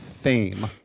fame